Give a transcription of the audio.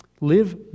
live